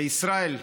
וישראל,